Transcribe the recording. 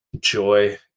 joy